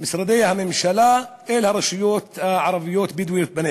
משרדי הממשלה לרשויות הערביות-בדואיות בנגב.